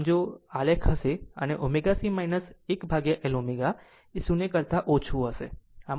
આમ જો આ જેવું આલેખ હશે અને ω C 1L ω એ 0 કરતા ઓછું હશે